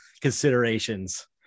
considerations